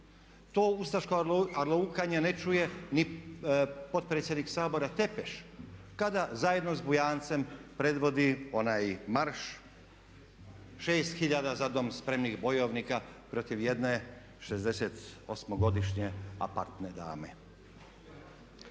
To ustaško urlikanje ne čuje ni potpredsjednik Sabora Tepeš kada zajedno sa Bujancem predvodi onaj marš 6 hiljada za dom spremnih bojovnika protiv jedne 68.-godišnje …/Govornik